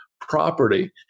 property